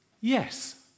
yes